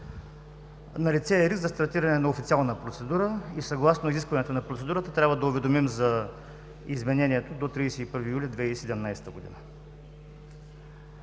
Налице е риск за стартиране на официална процедура и съгласно изискванията на процедурата трябва да уведомим за изменението до 31 юли 2017 г.